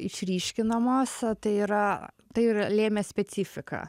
išryškinamos tai yra tai yra lėmė specifiką